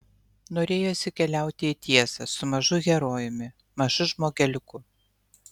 norėjosi keliauti į tiesą su mažu herojumi mažu žmogeliuku